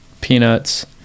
peanuts